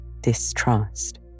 Distrust